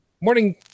Morning